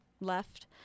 left